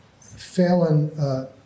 Phelan